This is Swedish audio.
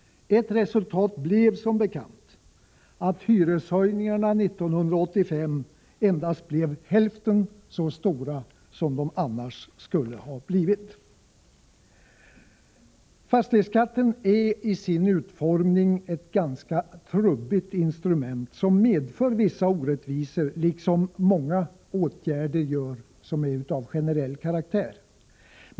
Ett resultat blev som bekant att hyreshöjningarna 1985 endast blev hälften så stora som de annars skulle ha blivit. Fastighetsskatten är i sin utformning ett ganska trubbigt instrument som medför vissa orättvisor, liksom många åtgärder av generell karaktär gör.